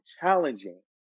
challenging